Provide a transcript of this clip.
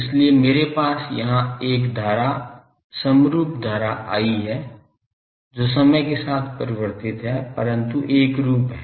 इसलिए मेरे पास यहाँ एक धारा समरूप धारा I है जो समय के साथ परिवर्तित है परन्तु एकरूप है